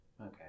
Okay